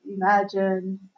Imagine